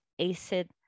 acid